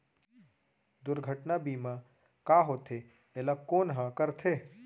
दुर्घटना बीमा का होथे, एला कोन ह करथे?